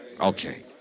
Okay